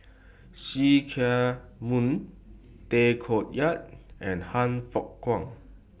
See Chak Mun Tay Koh Yat and Han Fook Kwang